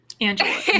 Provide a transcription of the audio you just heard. Angela